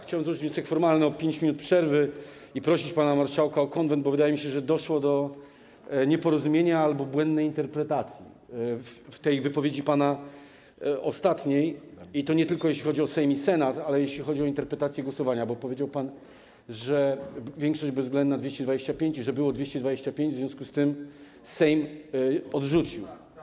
Chciałbym złożyć wniosek formalny o 5 minut przerwy i prosić pana marszałka o zwołanie Konwentu, bo wydaje mi się, że doszło do nieporozumienia albo błędnej interpretacji w tej ostatniej pana wypowiedzi i to nie tylko, jeśli chodzi o Sejm i Senat, ale jeśli chodzi o interpretację głosowania, ponieważ powiedział pan, że większość bezwzględna - 225, i że było 225, w związku z tym Sejm odrzucił.